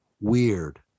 Weird